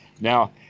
Now